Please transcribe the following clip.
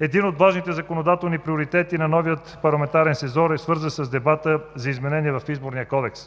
Един от важните законодателни приоритети на новия парламентарен сезон е свързан с дебата за изменение в Изборния кодекс.